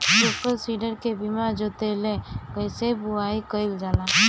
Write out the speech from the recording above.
Super seeder से बीना जोतले कईसे बुआई कयिल जाला?